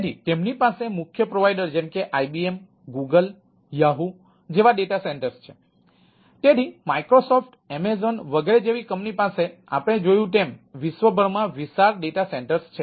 તેથી તેમની પાસે મુખ્ય પ્રોવાઇડર જેમ કે આઇબીએમ ગૂગલ યાહૂ જેવા ડેટા સેન્ટર્સ છે તેથી માઇક્રોસોફ્ટ એમેઝોન વગેરે જેવી કંપની પાસે આપણે જોયું તેમ વિશ્વભરમાં વિશાળ ડેટા સેન્ટર્સ છે